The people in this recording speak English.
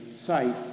site